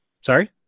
sorry